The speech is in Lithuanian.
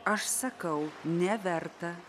aš sakau neverta